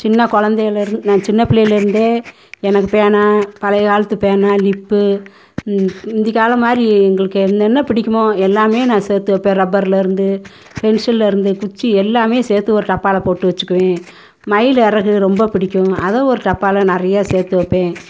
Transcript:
சின்ன கொழந்தையிலருந்து நான் சின்ன பிள்ளையிலேருந்தே எனக்கு பேனா பழைய காலத்து பேனா நிப்பு முந்தி காலம்மாதிரி எங்களுக்கு என்னென்ன பிடிக்குமோ எல்லாமே நான் சேர்த்து வைப்பேன் ரப்பரில் இருந்து பென்சிலில் இருந்து குச்சி எல்லாமே சேர்த்து ஒரு டப்பாவில் போட்டு வைச்சிக்குவேன் மயில் இறகு ரொம்ப பிடிக்கும் அதை ஒரு டப்பாவில் நிறையா சேர்த்து வைப்பேன்